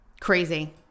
crazy